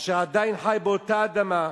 אשר עדיין חי באותה אדמה,